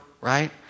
right